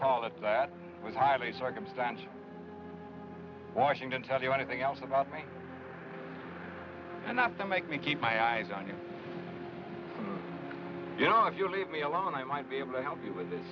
call it that was highly circumstantial washington tell you anything else about me and not to make me keep my eyes on you you know if you leave me alone i might be able to help you with